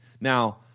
Now